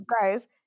guys